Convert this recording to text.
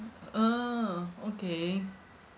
ah okay